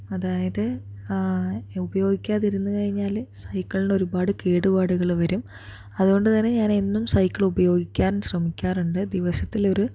അതായത് ഉപയോഗിക്കാതിരുന്ന് കഴിഞ്ഞാൽ സൈക്കിളിന് ഒരുപാട് കേടുപാടുകള് വരും അതുകൊണ്ട് തന്നെ ഞാനെന്നും സൈക്കിള് ഉപയോഗിക്കാൻ ശ്രമിക്കാറുണ്ട് ദിവസത്തിലൊരു